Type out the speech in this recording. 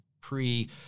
pre